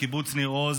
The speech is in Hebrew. מקיבוץ ניר עוז,